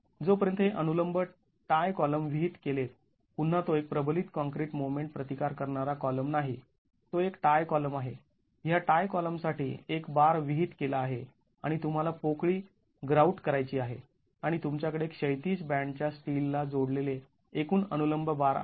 जोपर्यंत हे अनुलंब टाय कॉलम विहित केलेत पुन्हा तो एक प्रबलित काँक्रीट मोमेंट प्रतिकार करणारा कॉलम नाही तो एक टाय कॉलम आहे ह्या टाय कॉलमसाठी एक बार विहित केला आहे आणि तुम्हाला पोकळी ग्राउट करायची आहे आणि तुमच्याकडे क्षैतिज बॅन्डच्या स्टील ला जोडलेले एकूण अनुलंब बार आहेत